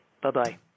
Bye-bye